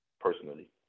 personally